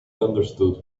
understood